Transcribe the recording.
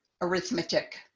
arithmetic